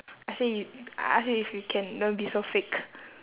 I say you I ask you if you can don't be so fake